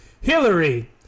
Hillary